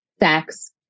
Sex